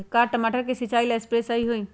का टमाटर के सिचाई ला सप्रे सही होई?